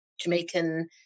Jamaican